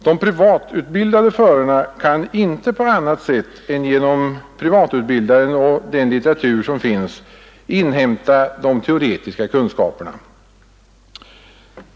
De privatutbildade förarna kan inte på annat sätt än genom privatutbildaren och litteraturen inhämta de teoretiska kunskaperna.